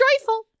joyful